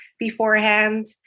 beforehand